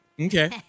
Okay